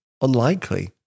Unlikely